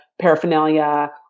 paraphernalia